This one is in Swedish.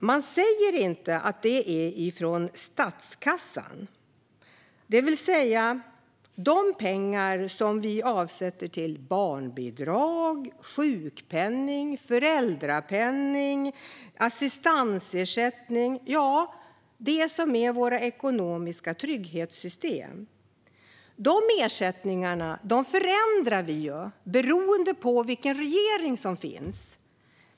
Man säger inte att det är från statskassan, det vill säga de pengar som vi avsätter till barnbidrag, sjukpenning, föräldrapenning, assistansersättning - ja, det som är våra ekonomiska trygghetssystem. De ersättningarna förändras ju beroende på vilken regering som finns.